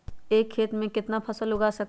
एक खेत मे केतना फसल उगाय सकबै?